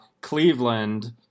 Cleveland